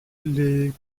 les